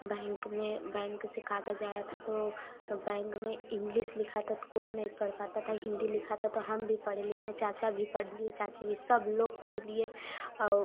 bank में bank से कागज आया था तो बैंक में इंग्लिस लिखा था तो कोई नई पढ़ पाता था हिन्दी लिखा था तो हम भी पढ़ लिए चाचा भी पढ़ लिए चाची भी सब लोग पढ़ लिए और